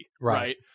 right